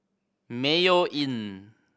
Mayo Inn